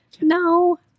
no